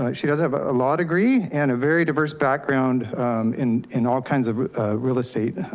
ah she does have a law degree and a very diverse background in in all kinds of real estate